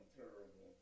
terrible